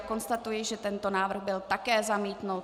Konstatuji, že tento návrh byl také zamítnut.